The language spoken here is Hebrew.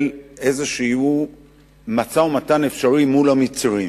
איזשהו משא-ומתן אפשרי מול המצרים,